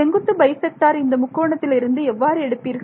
செங்குத்து bisector இந்த முக்கோணத்தில் இருந்து எவ்வாறு எடுப்பீர்கள்